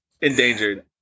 endangered